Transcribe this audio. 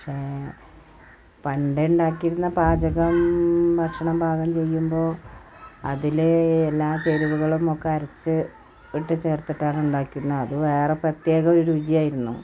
പണ്ട് ഉണ്ടാക്കിയിരുന്നത് പാചകം ഭക്ഷണം പാചകം ചെയ്യുമ്പോൾ അതിൽ എല്ലാ ചേരുവകളും അരച്ചിട്ട് ചേർത്തിട്ടാണ് ഉണ്ടാക്കുന്നത് അത് വേറെ പ്രത്യേക ഒരു രുചിയായിരുന്നു